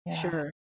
sure